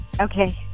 Okay